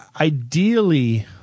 ideally